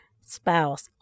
spouse